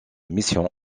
mission